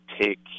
take